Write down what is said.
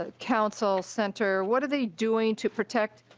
ah council center what are they doing to protect